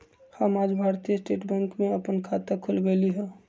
हम आज भारतीय स्टेट बैंक में अप्पन खाता खोलबईली ह